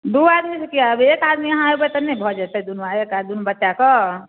दू आदमीसँ किआ एबै एक आदमी अहाँ एबै तऽ नहि भऽ जयतै दूनु एक दूनु बच्चा कऽ